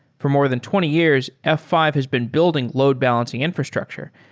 for more than twenty years, f five has been building load-balancing infrastructure,